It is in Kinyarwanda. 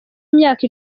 imyaka